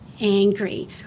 angry